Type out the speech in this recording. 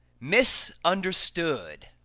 Misunderstood